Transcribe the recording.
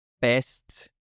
best